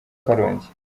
karongi